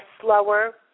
slower